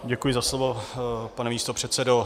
Děkuji za slovo, pane místopředsedo.